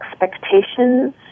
expectations